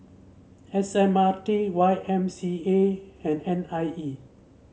S M R T Y M C A and N I E